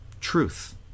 truth